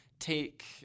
Take